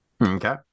Okay